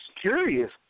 curious